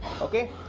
Okay